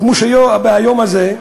כמו שהיה ביום הזה,